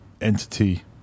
entity